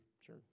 sure